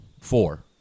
four